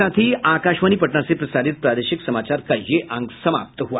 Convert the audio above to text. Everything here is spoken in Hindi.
इसके साथ ही आकाशवाणी पटना से प्रसारित प्रादेशिक समाचार का ये अंक समाप्त हुआ